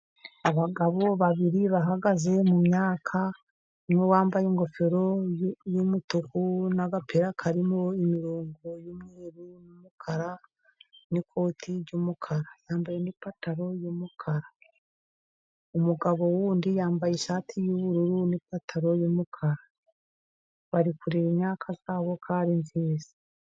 Abagabo babiri bahagaze mu myaka umwe wambaye ingofero y'umutuku n'agapira karimo imirongo y'umweru n'umukara n'ikoti ry'umukara, yambaye ipantaro y'umukara umugabo wundi yambaye ishati y'ubururu n'ipantaro y'umukara bari kureba imyaka yabo kandi myiza.